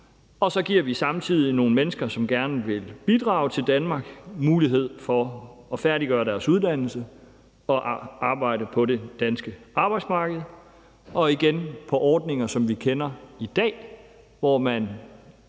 og så giver vi samtidig nogle mennesker, som gerne vil bidrage til Danmark, mulighed for at færdiggøre deres uddannelse og arbejde på det danske arbejdsmarked og – igen – på ordninger, som vi kender i dag, hvor man